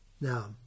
Now